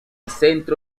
centro